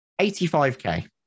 85K